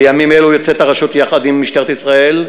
בימים אלו יוצאת הרשות, יחד עם משטרת ישראל,